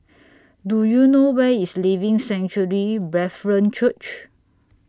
Do YOU know Where IS Living Sanctuary Brethren Church